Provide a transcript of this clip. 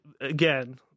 again